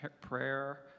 prayer